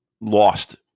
lost